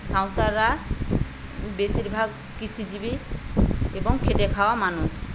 সাঁওতালরা বেশিরভাগ কৃষিজীবী এবং খেটে খাওয়া মানুষ